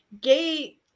gay